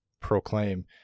proclaim